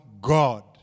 God